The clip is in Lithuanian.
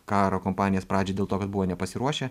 karo kampanijos pradžią dėl to kad buvo nepasiruošę